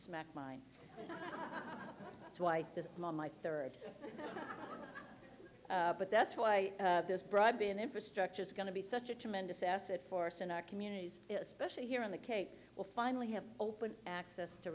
smack mine that's why this mom my third but that's why this broadband infrastructure is going to be such a tremendous asset force in our communities especially here in the cape will finally have open access to